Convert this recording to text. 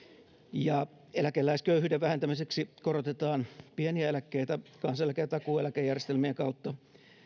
eläkeläisköyhyyden vähentämiseksi korotetaan pieniä eläkkeitä kansaneläke ja takuueläkejärjestelmien kautta